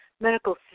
medical